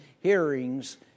hearings